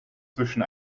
zwischen